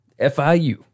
FIU